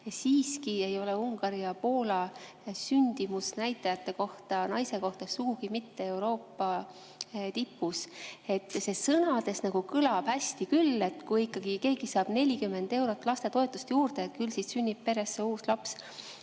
Siiski ei ole Ungari ja Poola sündimusnäitajad naise kohta sugugi mitte Euroopa tipus. See sõnades kõlab hästi küll, et kui keegi saab 40 eurot lastetoetust juurde, küll siis sünnib peresse uus laps.